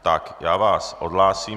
Tak já vás odhlásím.